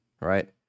right